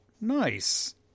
Nice